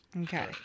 Okay